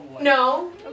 No